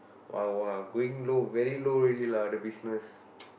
!wah! !wah! going low very low already lah the business